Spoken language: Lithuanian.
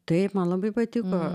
taip man labai patiko